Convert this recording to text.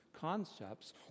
concepts